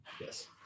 yes